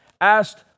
asked